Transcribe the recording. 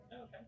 Okay